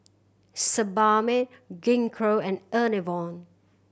Sebamed Gingko and Enervon